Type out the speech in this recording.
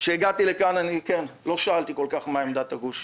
כשהגעתי לכאן לא שאלתי כל כך מה עמדת הגוש.